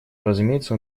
разумеется